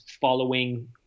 following